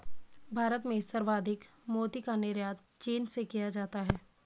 भारत में संवर्धित मोती का निर्यात चीन से किया जाता है